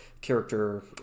character